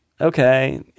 okay